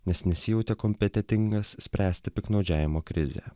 nes nesijautė kompetentingas spręsti piktnaudžiavimo krizę